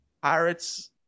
Pirates